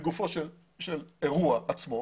לגופו של אירוע עצמו,